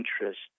interest